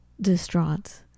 distraught